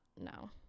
no